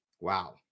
Wow